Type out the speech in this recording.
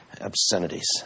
obscenities